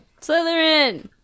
Slytherin